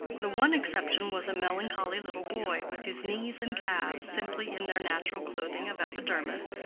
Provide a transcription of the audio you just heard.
the one exception was a melancholy little boy, with his knees and calves simply in their natural clothing of epidermis,